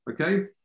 Okay